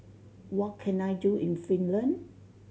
what can I do in Finland